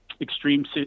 extreme